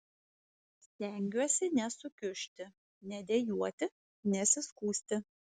stengiuosi nesukiužti nedejuoti nesiskųsti